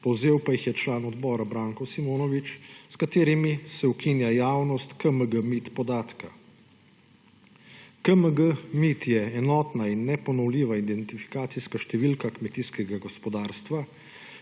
povzel pa jih je član odbora Branko Simonovič, z njimi se ukinja javnost podatka KMG-MID. KMG-MID je enotna in neponovljiva identifikacijska številka kmetijskega gospodarstva,